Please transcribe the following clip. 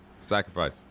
Sacrifice